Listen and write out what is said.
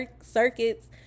circuits